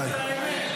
די.